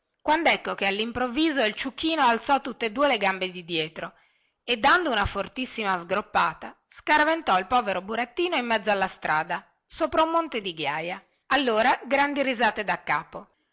quandecco che allimprovviso il ciuchino alzò tutte due le gambe di dietro e dando una fortissima sgropponata scaraventò il povero burattino in mezzo alla strada sopra un monte di ghiaia allora grandi risate daccapo